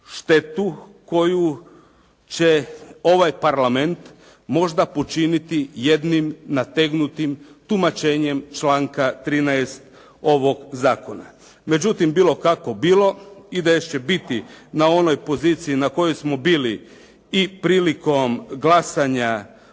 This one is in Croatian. štetu koju će ovaj Parlament možda počiniti jednim nategnutim tumačenjem članka 13. ovog zakona. Međutim, bilo kako bilo, IDS će biti na onoj poziciji na kojoj smo bili i prilikom glasanja